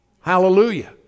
Hallelujah